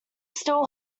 still